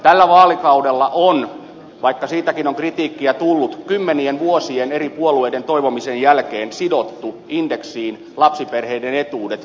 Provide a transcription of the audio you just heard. tällä vaalikaudella on vaikka siitäkin on kritiikkiä tullut kymmenien vuosien eri puolueiden toivomisen jälkeen sidottu indeksiin lapsiperheiden etuudet